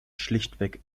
schlichtweg